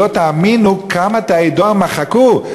שלא תאמינו כמה תאי דואר מחקו.